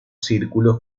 círculos